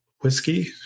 whiskey